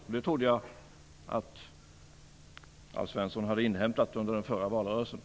Jag trodde att Alf Svensson hade inhämtat det under den förra valrörelsen.